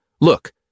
Look